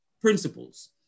principles